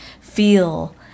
feel